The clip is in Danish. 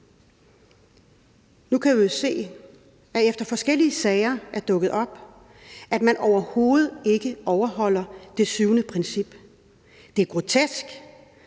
Nu kan vi jo, efter at forskellige sager er dukket op, se, at man overhovedet ikke overholder det syvende princip. Det er grotesk,